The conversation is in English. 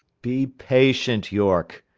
be patient yorke,